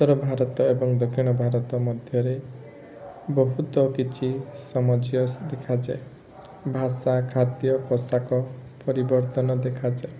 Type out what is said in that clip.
ଉତ୍ତରଭାରତ ଏବଂ ଦକ୍ଷିଣଭାରତ ମଧ୍ୟରେ ବହୁତ କିଛି ସାମଞ୍ଜ୍ୟସ୍ୟ ଦେଖାଯାଏ ଭାଷା ଖାଦ୍ୟ ପୋଷାକ ପରିବର୍ତ୍ତନ ଦେଖାଯାଏ